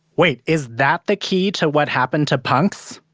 wait. is that the key to what happened to punks?